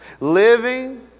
Living